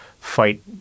fight